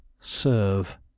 serve